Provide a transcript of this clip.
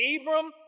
Abram